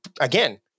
again